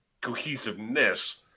cohesiveness